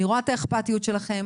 אני רואה את האכפתיות שלכם.